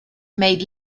made